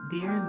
Dear